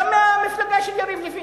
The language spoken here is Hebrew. אגב, גם מהמפלגה של יריב לוין,